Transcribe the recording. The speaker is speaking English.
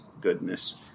goodness